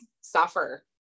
suffer